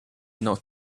not